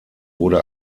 wurde